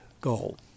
goal